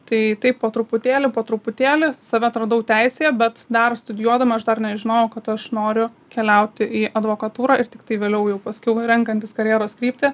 tai taip po truputėlį po truputėlį save atradau teisėje bet dar studijuodama aš dar nežinojau kad aš noriu keliauti į advokatūrą ir tiktai vėliau jau paskiau renkantis karjeros kryptį